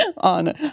on